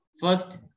First